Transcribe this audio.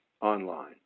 online